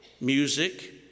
music